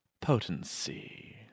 potency